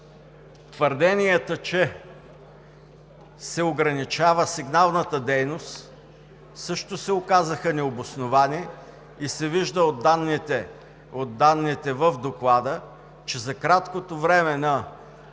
твърденията, че се ограничава сигналната дейност, също се оказаха необосновани. От данните в Доклада се вижда, че за краткото време –